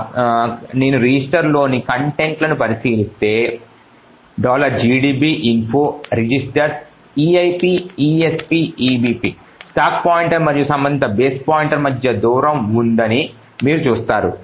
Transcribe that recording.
కాబట్టి నేను రిజిస్టర్లలోని కంటెంట్ లను పరిశీలిస్తే gdb info registers eip esp ebp stack pointer మరియు సంబంధిత బేస్ పాయింటర్ మధ్య దూరం ఉందని మీరు చూస్తారు